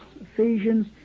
Ephesians